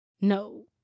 No